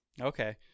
Okay